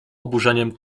oburzeniem